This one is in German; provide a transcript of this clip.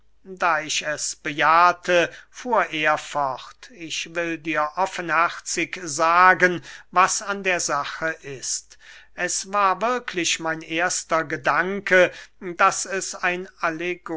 da ich es bejahte fuhr er fort ich will dir offenherzig sagen was an der sache ist es war wirklich mein erster gedanke daß es ein